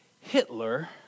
Hitler